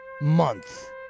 Month